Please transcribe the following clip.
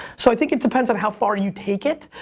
so i think it depends on how far you take it,